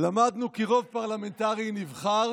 "למדנו כי רוב פרלמנטרי נבחר